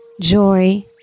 joy